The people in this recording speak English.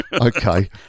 okay